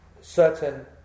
certain